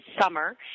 summer